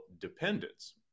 dependence